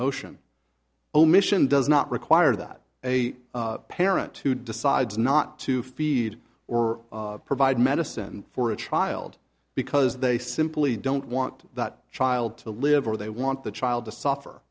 motion omission does not require that a parent who decides not to feed or provide medicine for a child because they simply don't want that child to live or they want the child to suffer